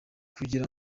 kugira